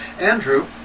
Andrew